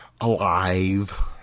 alive